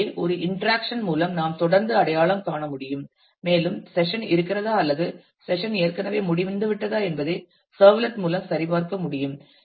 எனவே ஒரு interaction மூலம் நாம் தொடர்ந்து அடையாளம் காண முடியும் மேலும் செஷன் இருக்கிறதா அல்லது செஷன் ஏற்கனவே முடிந்துவிட்டதா என்பதை சர்வ்லெட் மூலம் சரிபார்க்க முடியும்